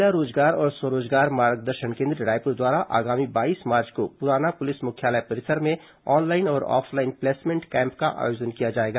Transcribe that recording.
जिला रोजगार और स्वरोजगार मार्गदर्शन केंद्र रायपुर द्वारा आगामी बाईस मार्च को पुराना पुलिस मुख्यालय परिसर में ऑनलाइन और ऑफलाइन प्लेसमेंट कैंप का आयोजन किया जाएगा